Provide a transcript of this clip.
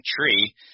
tree